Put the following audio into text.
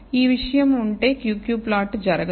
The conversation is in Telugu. ఈ విషయం ఉంటే Q Q ప్లాట్ జరగదు